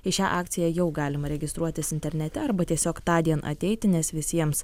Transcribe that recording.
į šią akciją jau galima registruotis internete arba tiesiog tądien ateiti nes visiems